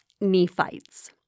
Nephites